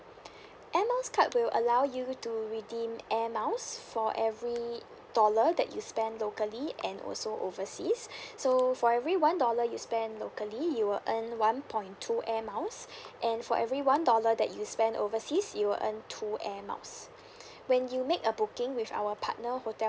air miles card will allow you to redeem air miles for every dollar that you spend locally and also overseas so for every one dollar you spend locally you will earn one point two air miles and for every one dollar that you spend overseas you will earn two air miles when you make a booking with our partner hotel